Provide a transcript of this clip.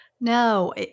No